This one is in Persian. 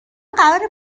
قراره